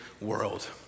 world